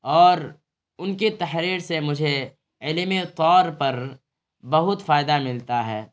اور ان کی تحریر سے مجھے علمی طور پر بہت فائدہ ملتا ہے